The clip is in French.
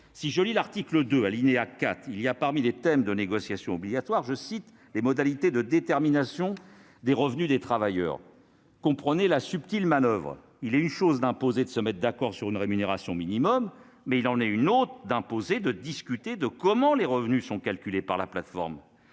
4 de l'article 2, il y a, parmi les thèmes de négociation obligatoire, « les modalités de détermination des revenus des travailleurs ». Comprenez la subtile manoeuvre : c'est une chose d'imposer de se mettre d'accord sur une rémunération minimale, c'en est une autre d'imposer de discuter de la manière dont les revenus sont calculés par la plateforme.